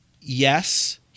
yes